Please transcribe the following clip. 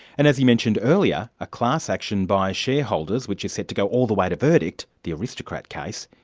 and as he mentioned earlier, a class action by shareholders which is set to go all the way to verdict, the aristocrat case,